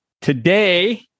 Today